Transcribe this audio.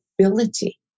ability